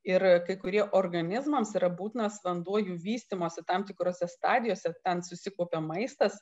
ir kai kurie organizmams yra būtinas vanduo jų vystymosi tam tikrose stadijose ten susikaupia maistas